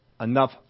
enough